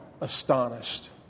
astonished